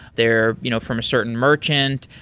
they're you know from a certain merchant,